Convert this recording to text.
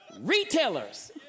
Retailers